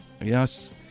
Yes